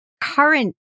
current